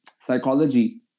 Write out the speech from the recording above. Psychology